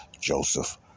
Joseph